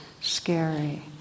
scary